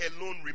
alone